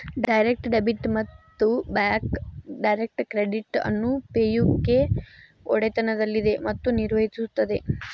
direct debit ಮತ್ತು Bacs direct credit ಅನ್ನು pay U K ಒಡೆತನದಲ್ಲಿದೆ ಮತ್ತು ನಿರ್ವಹಿಸುತ್ತದೆ